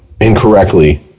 incorrectly